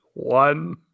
One